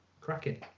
cracking